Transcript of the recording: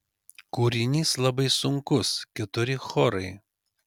kūrinys labai sunkus keturi chorai